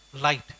light